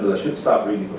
should stop reading